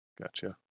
Gotcha